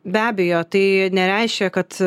be abejo tai nereiškia kad